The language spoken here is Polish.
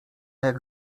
jak